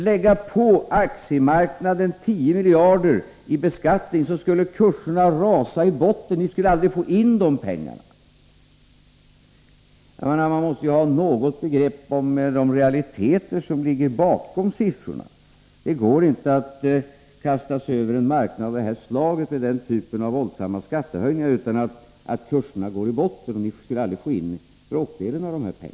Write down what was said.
Om aktiemarknaden pålades 10 miljarder i beskattning skulle kurserna rasa i botten. Ni skulle aldrig få in dessa pengar. Man måste väl ändå ha något begrepp om de realiteter som ligger bakom siffrorna. Det går inte att kasta sig över en marknad av detta slag med den här typen av våldsamma skattehöjningar utan att kurserna går i botten. Ni skulle aldrig få in ens bråkdelen av pengarna.